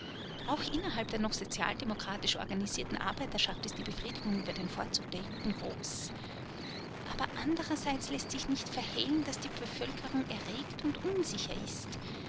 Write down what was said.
auch innerhalb der noch sozialdemokratisch organisierten arbeiterschaft ist die befriedigung über den fortzug der juden groß aber anderseits läßt sich nicht verhehlen daß die bevölkerung erregt und unsicher ist